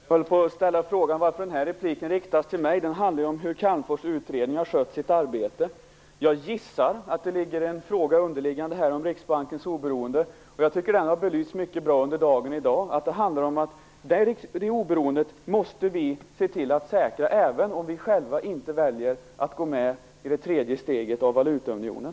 Herr talman! Jag vill ställa frågan varför den här repliken riktas till mig. Den handlar ju om hur Calmforsutredningen har skött sitt arbete. Jag gissar att det under det här ligger en fråga om Riksbankens oberoende. Jag tycker att det i dag mycket bra har klargjorts att det handlar om att vi måste säkra det oberoendet även om vi inte själva väljer att gå med i valutaunionens tredje steg.